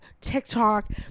TikTok